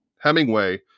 Hemingway